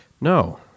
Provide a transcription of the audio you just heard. No